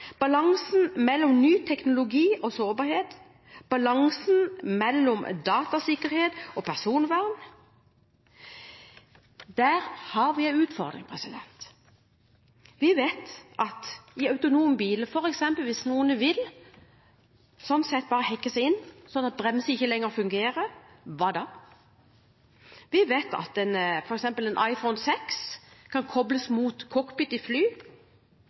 balansen mellom ny teknologi og sårbarhet og balansen mellom datasikkerhet og personvern har vi en utfordring. Med de autonome bilene ‒ f.eks. hvis noen bare vil hacke seg inn sånn at bremsene ikke lenger fungerer ‒ hva da? Vi vet f.eks. at en iPhone 6 kan kobles mot cockpit i fly.